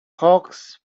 hawks